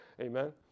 Amen